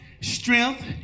strength